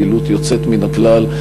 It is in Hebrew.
על פעילות יוצאת מן הכלל,